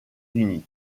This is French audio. unis